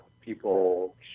people